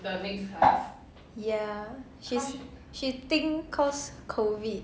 ya she's she think cause COVID